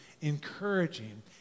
encouraging